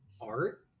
art